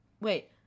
Wait